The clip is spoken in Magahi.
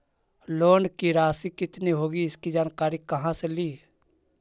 लोन की रासि कितनी होगी इसकी जानकारी कहा से ली?